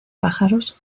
pájaros